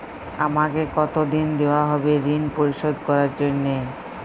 আমাকে কতদিন দেওয়া হবে ৠণ পরিশোধ করার জন্য?